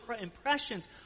impressions